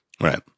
Right